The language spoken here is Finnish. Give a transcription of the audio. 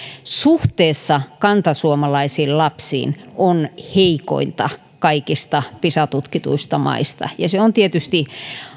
suhteessa kantasuomalaisiin lapsiin on heikointa kaikista pisa tutkituista maista se on tietysti